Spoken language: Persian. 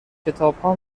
کتابها